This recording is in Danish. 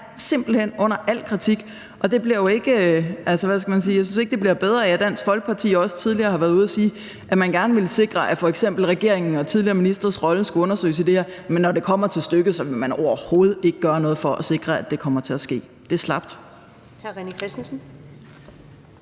simpelt hen under al kritik, og jeg synes ikke, det bliver bedre af, at Dansk Folkeparti også tidligere har været ude at sige, at man gerne ville sikre, at f.eks. regeringen og tidligere ministres roller skulle undersøges i det her, men når det kommer til stykket, vil man overhovedet ikke gøre noget for at sikre, at det kommer til at ske. Det er slapt.